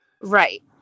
Right